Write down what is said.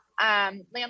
Landlords